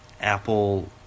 Apple